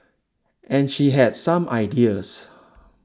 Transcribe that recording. and she has some ideas